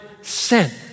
sent